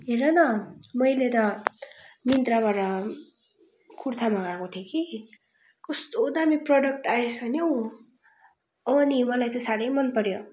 हेर न मैले त मिन्त्राबाट कुर्ता मगाएको थिएँ कि कस्तो दामी प्रडक्ट आएछ नि हौ नि मलाई त साह्रै मन पऱ्यो